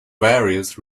various